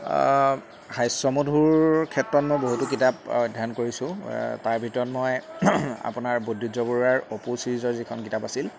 হাস্যমধুৰ ক্ষেত্ৰত মই বহুতো কিতাপ অধ্যয়ন কৰিছোঁ তাৰ ভিতৰত মই আপোনাৰ বৈদুজ্য বৰুৱাৰ অপু ছিৰিজৰ যিখন কিতাপ আছিল